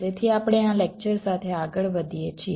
તેથી આપણે આ લેકચર સાથે આગળ વધીએ છીએ